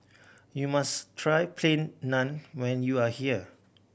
you must try Plain Naan when you are here